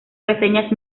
reseñas